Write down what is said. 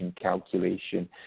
calculation